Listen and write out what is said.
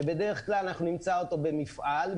שבדרך כלל נמצא אותו במפעל,